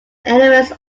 elements